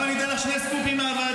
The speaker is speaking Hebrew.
עכשיו אני אתן לך שני סקופים מהוועדה.